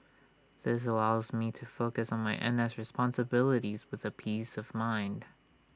this allows me to focus on my N S responsibilities with the peace of mind